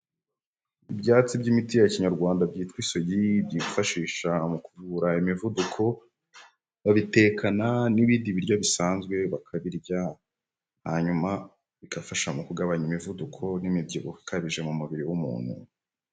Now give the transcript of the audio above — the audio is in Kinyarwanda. Ibyatsi by'imiti ya kinyarwanda byitwa Isogi, byifashishwa mu kuvura imivuduko, babitekana n'ibindi biryo bisanzwe bakabirya, hanyuma bigafasha mu kugabanya imivuduko, n'imibyibuho ikabije mu mubiri w'umuntu.